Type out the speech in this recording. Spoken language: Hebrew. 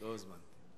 לא הוזמנתי.